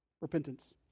repentance